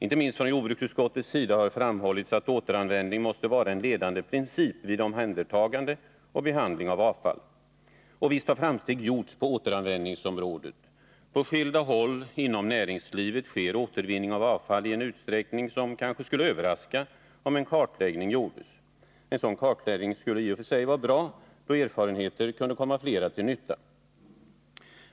Inte minst från jordbruksutskottets sida har framhållits att återanvändning måste vara en ledande princip vid omhändertagande och behandling av avfall. Och visst har framsteg gjorts på återanvändningsområdet. På skilda håll inom näringslivet sker återvinning av avfall i en utsträckning som kanske skulle överraska, om en kartläggning gjordes. En sådan skulle dessutom i och för sig vara bra, då erfarenheter kunde komma flera till nytta.